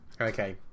okay